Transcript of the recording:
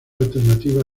alternativa